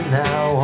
now